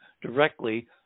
directly